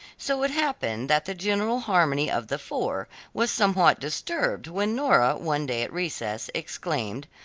so it happened that the general harmony of the four was somewhat disturbed when nora one day at recess exclaimed,